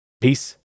Peace